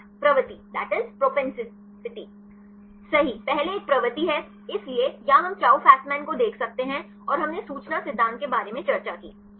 छात्र प्रवृत्ति सही पहले एक प्रवृत्ति है इसलिए या हम चाउ फेसमैन को देख सकते हैं और हमने सूचना सिद्धांत के बारे में चर्चा की